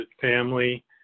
family